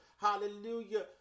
Hallelujah